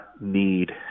need